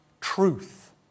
truth